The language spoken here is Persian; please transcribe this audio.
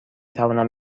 توانم